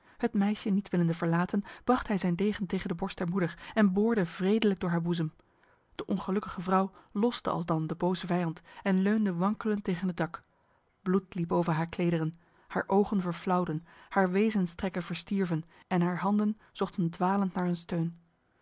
het meisje niet willende verlaten bracht hij zijn degen tegen de borst der moeder en boorde wredelijk door haar boezem de ongelukkige vrouw loste alsdan de boze vijand en leunde wankelend tegen het dak bloed liep over haar klederen haar ogen verflauwden haar wezenstrekken verstierven en haar handen zochten dwalend naar een steun